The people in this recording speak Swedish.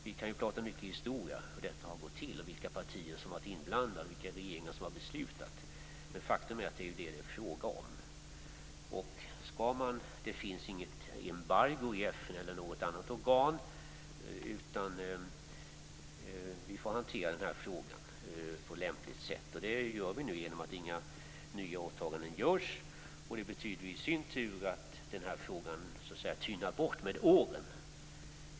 Vi kan länge diskutera historien, vilka partier som varit inblandade och vilka regeringar som beslutat, men faktum är att detta är vad det är fråga om. Det finns inget embargo i FN eller i något annat organ, utan vi får hantera frågan på lämpligt sätt. Det gör vi nu genom att inte göra några nya åtaganden. Det betyder i sin tur att den här frågan tynar bort med åren.